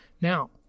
Now